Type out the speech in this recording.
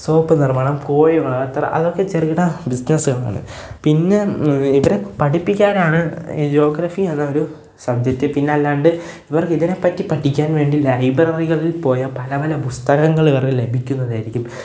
soap നിർമാണം കോഴി വളർത്തൽ അതൊക്കെ ചെറുകിട ബിസിനസ്സുകളാണ് പിന്നെ ഇവരെ പഠിപ്പിക്കാനാണ് ഈ ജോഗ്രഫിയാണെങ്കിലും സബ്ജക്ട് പിന്നല്ലാണ്ട് ഇവർക്കിതിനെ പറ്റി പഠിക്കാൻ വേണ്ടിയിട്ടാണ് ലൈബ്രറികളിൽ പോയാൽ പല പല പുസ്തകങ്ങള് ഇവർക്ക് ലഭിക്കുന്നതായിരിക്കും